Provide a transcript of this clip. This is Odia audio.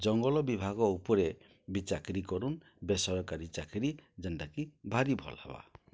ଜଙ୍ଗଲ ବିଭାଗ ଉପରେ ବି ଚାକିରି କରୁନ୍ ବେସରକାରୀ ଚାକିରି ଯେନ୍ଟାକି ଭାରି ଭଲ୍ ହେବା